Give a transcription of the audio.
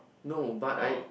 no but I